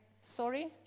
sorry